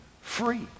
free